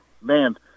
man